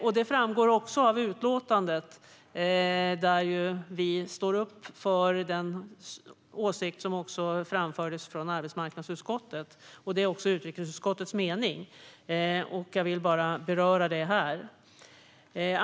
Detta framgår av utlåtandet, där vi står upp för den åsikt som också arbetsmarknadsutskottet framfört. Det är även utrikesutskottets mening. Jag ville bara beröra det här.